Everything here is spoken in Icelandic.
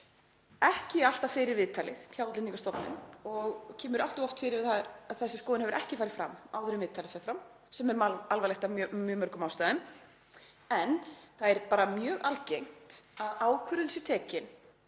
ekki alltaf fyrir viðtalið hjá Útlendingastofnun og kemur allt of oft fyrir að þessi skoðun hefur ekki farið fram áður en viðtalið fer fram, sem er alvarlegt af mjög mörgum ástæðum. En það er bara mjög algengt að ákvörðun sé tekin